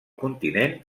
continent